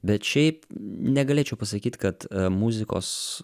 bet šiaip negalėčiau pasakyt kad muzikos